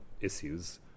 issues